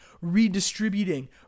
redistributing